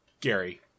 Gary